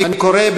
אני קורא,